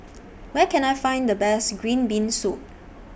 Where Can I Find The Best Green Bean Soup